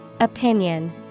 Opinion